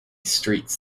streets